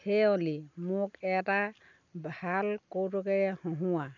হে অ'লি মোক এটা ভাল কৌতুকেৰে হহোঁওৱা